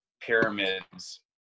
pyramids